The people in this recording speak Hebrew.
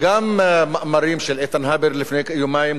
גם מאמרים של איתן הבר לפני יומיים,